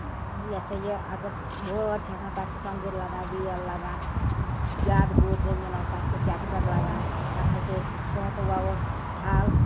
یہِ ہسا یہِ اگر وٲر چھِ آسان تَتھ چھِ ٹۄنٛگَر لَگان بیل لَگان جادٕ بوٚڈ زٔمیٖن آسہِ تَتھ چھِ ٹیکٹَر لَگان تَتھ حظ چھِ أسۍ سونٛتہٕ وَوس تھل